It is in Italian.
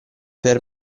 per